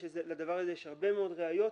לדבר הזה יש הרבה מאוד ראיות.